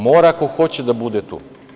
Mora, ako hoće da bude tu.